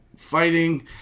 fighting